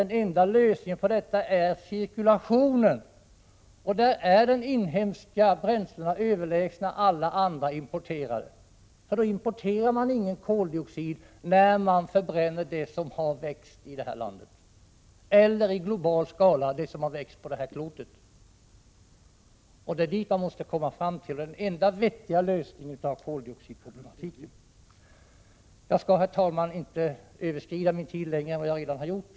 Den enda lösningen på detta problem är cirkulation, och då är de inhemska bränslena överlägsna alla importerade. Man importerar ingen koldioxid när man förbränner det som har växt i det här landet —- eller, för att se till den globala skalan, det som har växt på det här klotet. Det är dit man måste komma fram, det är den enda vettiga lösningen av koldioxidproblematiken. Herr talman! Jag skall inte överskrida min taletid mer än vad jag redan har gjort.